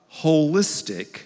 holistic